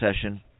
session